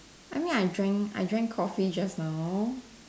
I mean I drank I drank Coffee just now